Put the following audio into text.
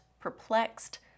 perplexed